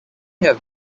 have